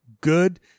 good